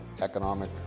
economic